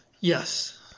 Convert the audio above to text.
yes